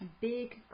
big